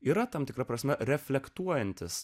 yra tam tikra prasme reflektuojantis